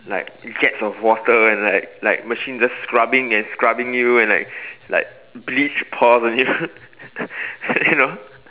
like gets of water and like like machine just scrubbing and scrubbing you and like like bleach pours on you and you know